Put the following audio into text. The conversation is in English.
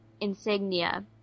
insignia